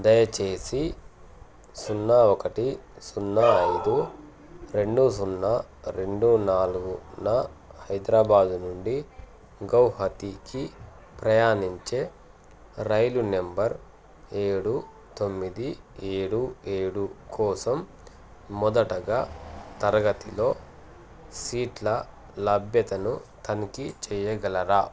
దయచేసి సున్నా ఒకటి సున్నా ఐదు రెండూ సున్నా రెండూ నాలుగున హైదరాబాద్ నుండి గౌహతీకి ప్రయాణించే రైలు నంబర్ ఏడు తొమ్మిది ఏడు ఏడు కోసం మొదటగా తరగతిలో సీట్ల లభ్యతను తనిఖీ చెయ్యగలరా